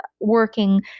working